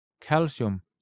calcium